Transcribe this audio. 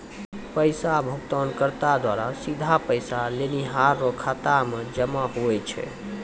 पैसा भुगतानकर्ता द्वारा सीधे पैसा लेनिहार रो खाता मे जमा हुवै छै